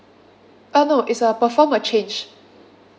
ah no is a perform a change